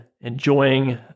enjoying